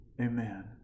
Amen